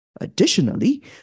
Additionally